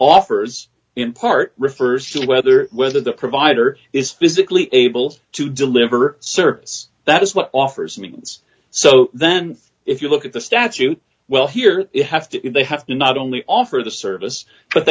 offers in part refers to whether whether the provider is physically able to deliver service that is what offers means so then if you look at the statute well here you have to not only offer the service but